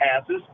passes